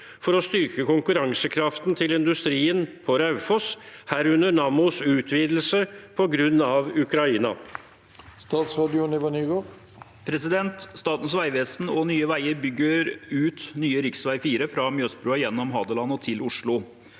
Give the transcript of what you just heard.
for å styrke konkurransekraften til industrien på Raufoss, herunder Nammos utvidelse på grunn av Ukraina?» Statsråd Jon-Ivar Nygård Statens vegve- sen og Nye veier bygger ut nye rv. 4 fra Mjøsbrua gjennom Hadeland og til Oslo.